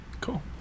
Cool